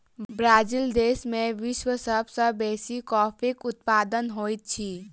Brazil देश में विश्वक सब सॅ बेसी कॉफ़ीक उत्पादन होइत अछि